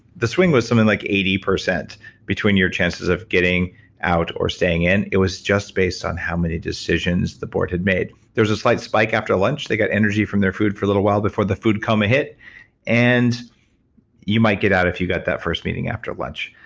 the swing was something like eighty percent between your chances of getting out or staying in. it was just based on how many decisions the board had made. there was a slight spike after lunch. they got energy from their food for a little while before the food coma hit and you might get out if you got that first meeting after lunch.